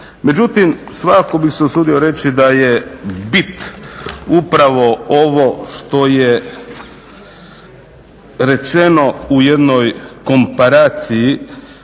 Međutim, svakako bih se usudio reći da je bit upravo ovo što je rečeno u jednoj komparaciji